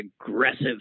aggressive